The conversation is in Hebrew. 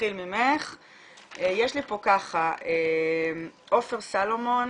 יש כאן את עופר סלומון,